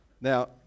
Now